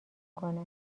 کنه